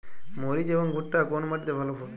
মরিচ এবং ভুট্টা কোন মাটি তে ভালো ফলে?